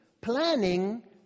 planning